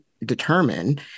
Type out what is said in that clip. determine